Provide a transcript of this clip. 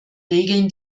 regeln